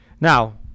Now